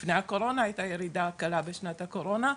לפני הקורונה הייתה ירידה קלה בשנת הקורונה.